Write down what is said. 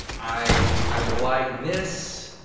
i like, this,